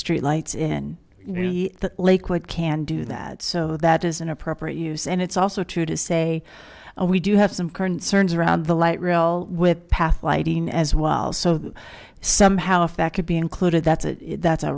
street lights in lakewood can do that so that is an appropriate use and it's also true to say we do have some concerns around the light rail with path lighting as well so that somehow if that could be included that's it that's a